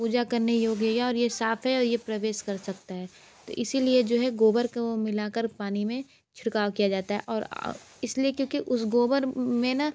पूजा करने योग्य है और साफ है तो यह प्रवेश कर सकता है तो इसलिए जो है गोबर को मिला कर पानी में छिड़काव किया जाता है और इसलिए क्योंकि उस गोबर में न